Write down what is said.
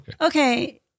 Okay